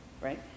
right